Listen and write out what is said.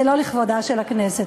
זה לא לכבודה של הכנסת.